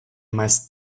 meist